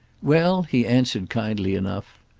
well, he answered kindly enough,